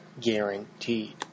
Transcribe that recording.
guaranteed